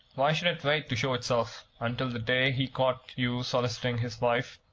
why should it wait to show itself, until the day he caught you soliciting his wife?